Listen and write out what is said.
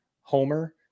homer